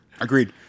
Agreed